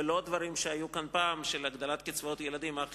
ולא דברים שהיו כאן פעם, של הגדלת קצבאות ילדים אך